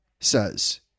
says